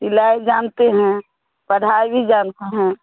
सिलाई जानते हैं कढ़ाई भी जानते हैं